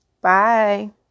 bye